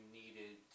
needed